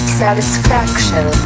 satisfaction